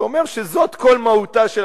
שאומר שזאת כל מהותה של